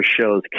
shows